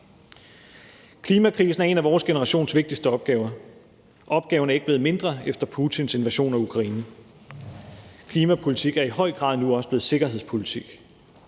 Klimakrisen er en af vores generations vigtigste opgaver, og opgaven er ikke blevet mindre efter Putins invasion af Ukraine. Klimapolitik er i høj grad nu også blevet sikkerhedspolitik,